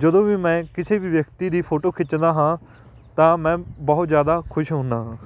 ਜਦੋਂ ਵੀ ਮੈਂ ਕਿਸੇ ਵੀ ਵਿਅਕਤੀ ਦੀ ਫੋਟੋ ਖਿੱਚਦਾ ਹਾਂ ਤਾਂ ਮੈਂ ਬਹੁਤ ਜ਼ਿਆਦਾ ਖੁਸ਼ ਹੁੰਦਾ ਹਾਂ